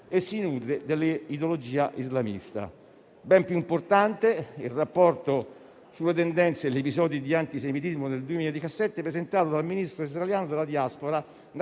e si nutre dell'ideologia islamista"». Ben più importante è il "Rapporto sulle tendenze e gli episodi di antisemitismo del 2017", presentato dal ministro israeliano della diaspora